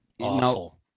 Awful